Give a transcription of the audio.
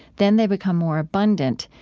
then they become more abundant.